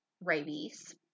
rabies